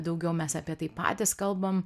daugiau mes apie tai patys kalbam